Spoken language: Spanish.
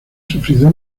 sufrido